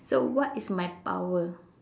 so what is my power